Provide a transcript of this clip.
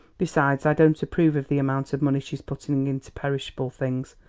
besides i don't approve of the amount of money she's putting into perishable things.